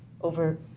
over